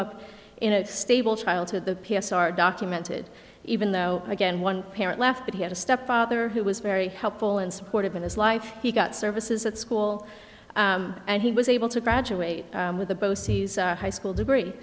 up in a stable childhood the p s r documented even though again one parent left that he had a stepfather who was very helpful and supportive in his life he got services at school and he was able to graduate with the both high school degree